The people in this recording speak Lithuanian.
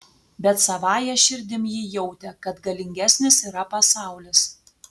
bet savąja širdim ji jautė kad galingesnis yra pasaulis